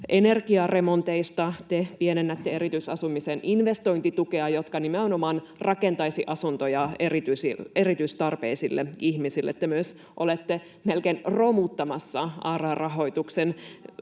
energiaremonteista. Te pienennätte erityisasumisen investointitukea, joka nimenomaan rakentaisi asuntoja erityistarpeisille ihmisille. Te myös olette melkein romuttamassa ARA-rahoituksen.